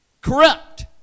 corrupt